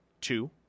two